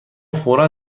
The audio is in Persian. فورا